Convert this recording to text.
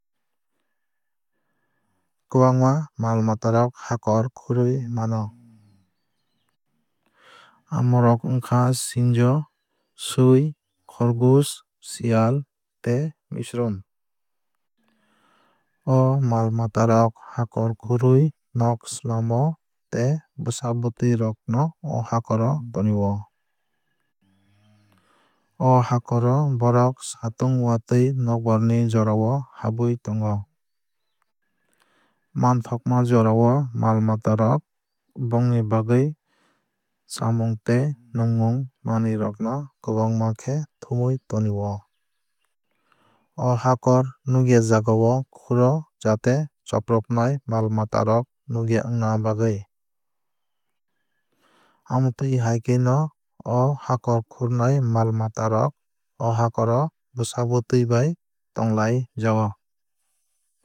Kwbangma mal mata rok hakor khurwui mano. Amo rok wngkha sinjo sui khorgosh siyal tei misroom. O mal mata rok hakor khurwui nog slamo tei bwsa bwtwui rok no o hakor o tani o. O hakor o bohrok satung watwui nokbar ni jorao o habui tongo. Manthokma jorao o mal mata rok bongni chamung tei nwngmung manwui rok no kwbangma khe thumwui toni o. O hakor no nugya jagao khur o jaate chopropnai mal mata rok nugya wngna bagwui. Amotwui hai khe no hakor khurnai mal mata rok o hakor o bwsa bwtwui bai tonglai jao.